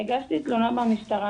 הגשתי תלונה במשטרה.